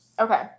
okay